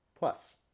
Plus